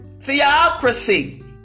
Theocracy